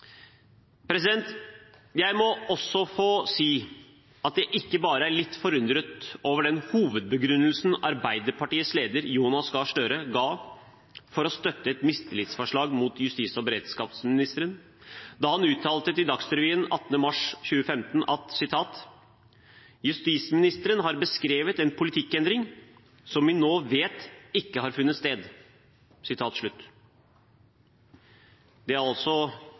Jeg må også få si at jeg ikke bare er litt forundret over den hovedbegrunnelsen Arbeiderpartiets leder, Jonas Gahr Støre, ga for å støtte et mistillitsforslag mot justis- og beredskapsministeren da han uttalte til Dagsrevyen 18. mars 2015: «Justisministeren har beskrevet en politikkendring som vi nå vet ikke har funnet sted.» Det er altså